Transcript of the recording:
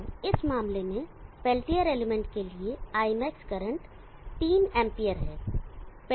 तो इस मामले में पेल्टियर एलिमेंट के लिए Imax करंट 3 amp है